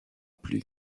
plus